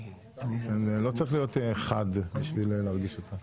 לא צריך להיות חד בשביל להרגיש אותה.